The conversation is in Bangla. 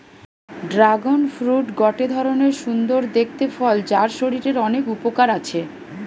ড্রাগন ফ্রুট গটে ধরণের সুন্দর দেখতে ফল যার শরীরের অনেক উপকার আছে